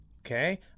Okay